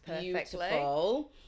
beautiful